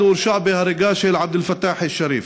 הוא הורשע בהריגה של עבד אל-פתאח א-שריף,